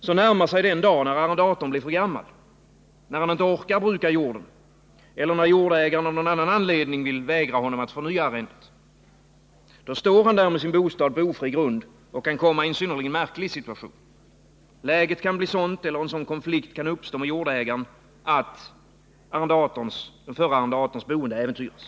Så närmar sig den dag, när arrendatorn blir för gammal, när han inte orkar bruka jorden eller när jordägaren av någon anledning vill vägra honom att förnya arrendet. Då står han där med sin bostad på ofri grund och kan kommai en synnerligen märklig situation. Läget kan bli sådant eller en sådan konflikt kan uppstå med jordägaren att den förra arrendatorns boende äventyras.